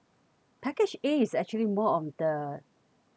package a is actually more on the